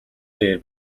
дээр